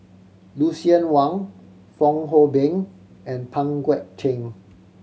Lucien Wang Fong Hoe Beng and Pang Guek Cheng